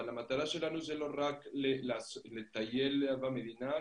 אבל המטרה שלנו זה לא רק לטייל במדינה,